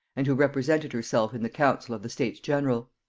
and who represented herself in the council of the states-general.